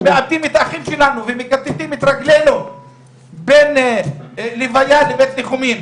שמאבדים את האחים שלנו ומכתתים את רגלינו בין לוויה לבית ניחומים.